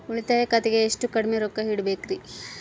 ಉಳಿತಾಯ ಖಾತೆಗೆ ಎಷ್ಟು ಕಡಿಮೆ ರೊಕ್ಕ ಇಡಬೇಕರಿ?